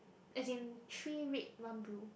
as in three red one blue